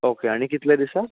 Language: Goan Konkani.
ओके आनी कितलें दिसांक